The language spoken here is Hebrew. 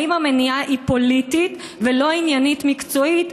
האם המניעה היא פוליטית ולא עניינית-מקצועית,